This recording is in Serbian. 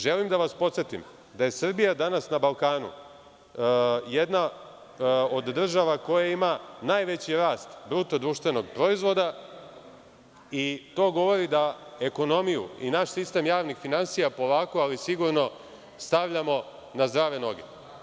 Želim da vas podsetim da je Srbija danas na Balkanu, jedna od država koja ima najveći rast BDP i to govori da ekonomiju i naš sistem javnih finansija, polako ali sigurno, stavljamo na zdrave noge.